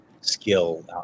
skill